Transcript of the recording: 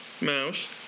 Mouse